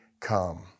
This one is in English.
come